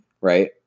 Right